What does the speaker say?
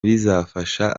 bizafasha